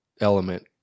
element